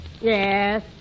Yes